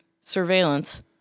surveillance